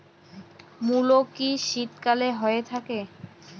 মূলো কি শীতকালে হয়ে থাকে?